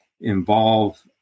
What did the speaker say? involve